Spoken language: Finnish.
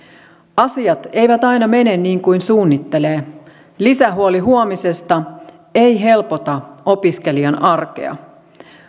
asiat eivät aina mene niin kuin suunnittelee lisähuoli huomisesta ei helpota opiskelijan arkea